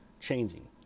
changing